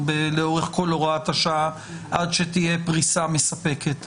לאורך כל הוראת השעה עד שתהיה פריסה מספקת.